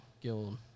guild